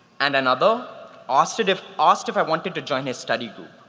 and another asked if asked if i wanted to join his study group.